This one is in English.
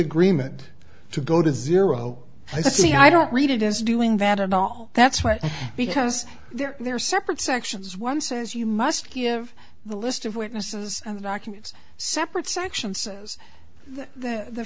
agreement to go to zero i see i don't read it as doing that and all that's right because they're there separate sections one says you must give the list of witnesses and documents separate section says that the